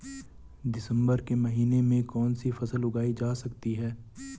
दिसम्बर के महीने में कौन सी फसल उगाई जा सकती है?